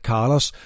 Carlos